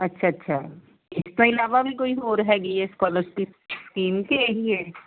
ਅੱਛਾ ਅੱਛਾ ਇਸ ਤੋਂ ਇਲਾਵਾ ਵੀ ਕੋਈ ਹੋਰ ਹੈਗੀ ਹੈ ਸਕਾਲਰਸ਼ਿਪ ਸਕੀਮ ਕਿ ਇਹੀ ਹੈ